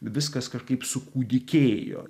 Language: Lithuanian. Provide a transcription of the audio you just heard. viskas kažkaip sukūdikėjo